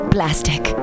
Plastic